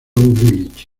village